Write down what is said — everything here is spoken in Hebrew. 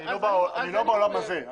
אני לא בעולם הזה.